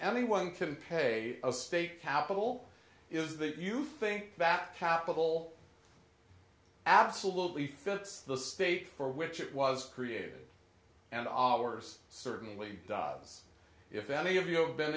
anyone can pay a state capital is that you think that capital absolutely fits the state for which it was created and on ours certainly dives if any of you